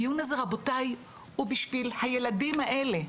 הדיון הזה רבותי הוא בשביל הילדים האלה,